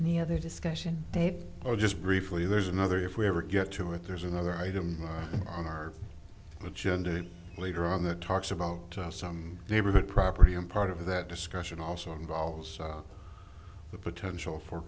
other discussion or just briefly there's another if we ever get to it there's another item on our agenda later on that talks about some neighborhood property and part of that discussion also involves the potential for